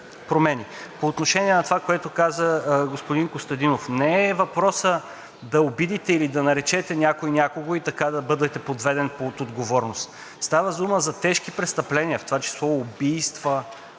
По отношение на това, което каза господин Костадинов. Въпросът не е да обидите или да наречете някого някак и така да бъдете подведен под отговорност. Става дума за тежки престъпления, в това число убийства,